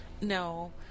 no